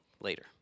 later